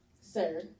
sir